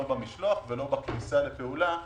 לא במשלוח ולא בכניסה לפעולה,